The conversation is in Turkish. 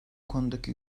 konudaki